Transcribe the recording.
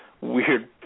weird